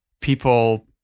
people